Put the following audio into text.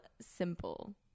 simple